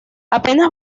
apenas